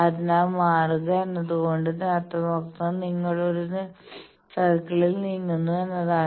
അതിനാൽ മാറുക എന്നതുകൊണ്ട് അർത്ഥമാക്കുന്നത് നിങ്ങൾ ഒരു സർക്കിളിൽ നീങ്ങുന്നു എന്നാണ്